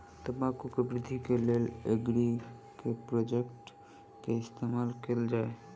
तम्बाकू केँ वृद्धि केँ लेल एग्री केँ के प्रोडक्ट केँ इस्तेमाल कैल जाय?